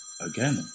again